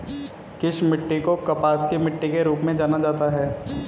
किस मिट्टी को कपास की मिट्टी के रूप में जाना जाता है?